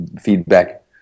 feedback